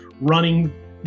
running